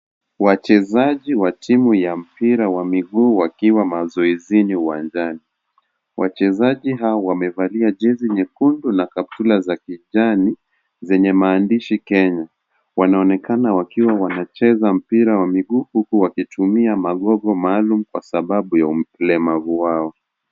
Wachezaji wa timu ya mpira wa miguu wakiwa mazoezini uwanjani, wachezaji hawa wamevalia jezi nyekundu na kaptura za kijani zenye maandishi Kenya, wanaonekana wakiwa wanacheza mpira wa miguu huku wakitumia magogo maalum kwa sababu ya ulemavu wao.